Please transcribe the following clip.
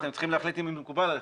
אתם צריכים להחליט אם זה מקובל עליכם.